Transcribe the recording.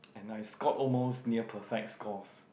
and I scored almost near perfect scores